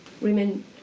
women